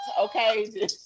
okay